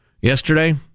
yesterday